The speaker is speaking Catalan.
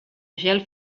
gel